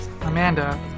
Amanda